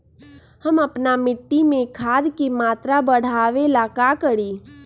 हम अपना मिट्टी में खाद के मात्रा बढ़ा वे ला का करी?